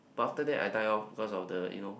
but after that I die off because of the you know